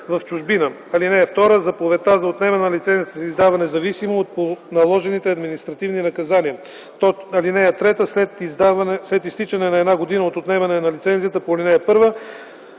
чужбина. (2) Заповедта за отнемане на лицензията се издава независимо от наложените административни наказания. (3) След изтичане на една година от отнемане на лицензията по ал. 1,